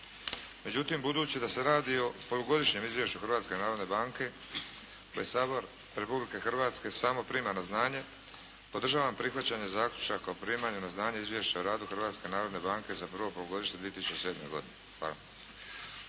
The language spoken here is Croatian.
Međutim budući da se radi o polugodišnjem izvješću Hrvatske narodne banke koje Sabor Republike Hrvatske samo prima na znanje, podržavam prihvaćanje zaključaka o primanju na znanje izvješća o radu Hrvatske narodne banke za prvo polugodište 2007. godine. Hvala.